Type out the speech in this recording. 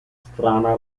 strana